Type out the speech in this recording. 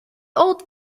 old